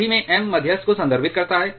सभी में M मध्यस्थ को संदर्भित करता है